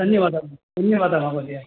धन्यवादः धन्यवादः महोदय